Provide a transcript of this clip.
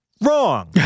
Wrong